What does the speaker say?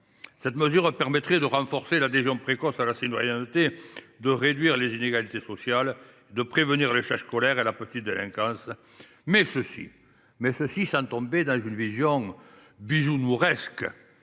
Cette mesure permettrait de renforcer l’adhésion précoce à la citoyenneté, de réduire les inégalités sociales, de prévenir l’échec scolaire et la petite délinquance, mais sans tomber dans une vision « bisounouresque